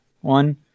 one